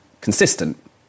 consistent